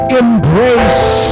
embrace